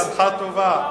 שאלה מנחה טובה.